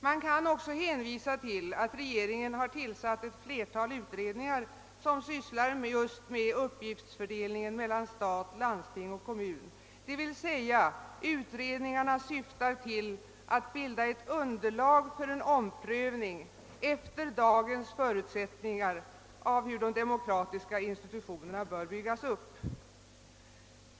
Man kan också hänvisa till att regeringen har tillsatt ett flertal utredningar som sysslar just med uppgiftsfördelningen mellan stat, landsting och kommun — d.v.s. utredningarna syftar till att bilda ett underlag för en omprövning, efter dagens förutsättningar, av hur de demokratiska institutionerna bör byggas upp.